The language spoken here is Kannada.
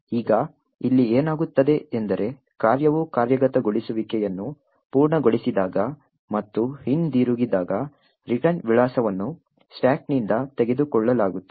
ಈಗ ಇಲ್ಲಿ ಏನಾಗುತ್ತದೆ ಎಂದರೆ ಕಾರ್ಯವು ಕಾರ್ಯಗತಗೊಳಿಸುವಿಕೆಯನ್ನು ಪೂರ್ಣಗೊಳಿಸಿದಾಗ ಮತ್ತು ಹಿಂದಿರುಗಿದಾಗ ರಿಟರ್ನ್ ವಿಳಾಸವನ್ನು ಸ್ಟಾಕ್ನಿಂದ ತೆಗೆದುಕೊಳ್ಳಲಾಗುತ್ತದೆ